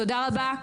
תודה רבה.